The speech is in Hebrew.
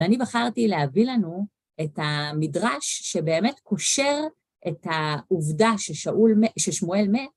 ואני בחרתי להביא לנו את המדרש שבאמת קושר את העובדה ששאול מת.. ששמואל מת.